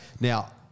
Now